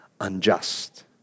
unjust